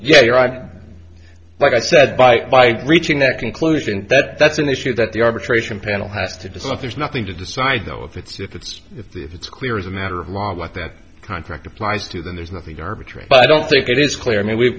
yet your idea like i said by reaching that conclusion that that's an issue that the arbitration panel has to decide if there's nothing to decide though if it's if it's if it's clear as a matter of ma what that contract applies to then there's nothing to arbitrate but i don't think it is clear i mean we